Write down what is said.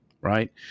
right